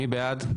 מי בעד?